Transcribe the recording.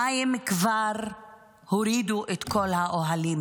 המים הורידו כבר את כל האוהלים.